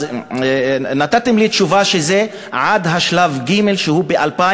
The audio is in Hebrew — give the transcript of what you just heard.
אז נתתם לי תשובה שזה עד שלב ג' שהוא ב-1